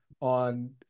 on